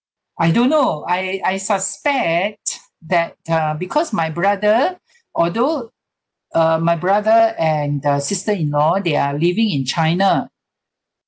I don't know I I suspect that uh because my brother although uh my brother and uh sister in law they are living in china